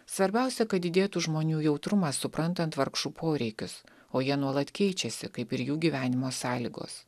svarbiausia kad didėtų žmonių jautrumas suprantant vargšų poreikius o jie nuolat keičiasi kaip ir jų gyvenimo sąlygos